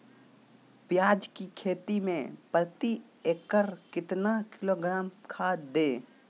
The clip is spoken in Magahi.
प्याज की खेती में प्रति एकड़ कितना किलोग्राम खाद दे?